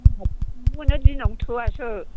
दिनावनो थोआसो